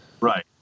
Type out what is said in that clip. Right